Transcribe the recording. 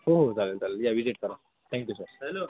हो हो चालेल चालेल या विजिट करा थॅंक्यू सर हॅलो